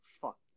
fuck